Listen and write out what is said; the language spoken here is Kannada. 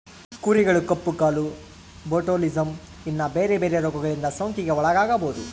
ಕುರಿಗಳು ಕಪ್ಪು ಕಾಲು, ಬೊಟುಲಿಸಮ್, ಇನ್ನ ಬೆರೆ ಬೆರೆ ರೋಗಗಳಿಂದ ಸೋಂಕಿಗೆ ಒಳಗಾಗಬೊದು